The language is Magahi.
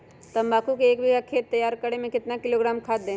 तम्बाकू के एक बीघा खेत तैयार करें मे कितना किलोग्राम खाद दे?